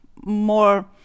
more